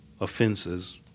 offenses